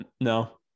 No